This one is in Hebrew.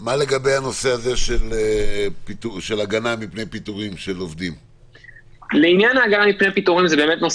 כי יכול אותו מנהל לבוא ולומר- אני לא